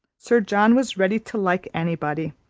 sir john was ready to like anybody,